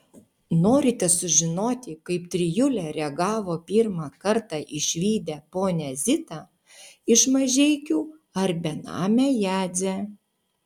norite sužinoti kaip trijulė reagavo pirmą kartą išvydę ponią zitą iš mažeikių ar benamę jadzę